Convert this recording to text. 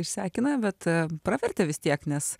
išsekina bet pravertė vis tiek nes